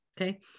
okay